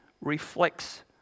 reflects